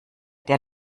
der